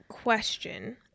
question